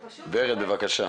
ורד, בבקשה.